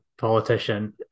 politician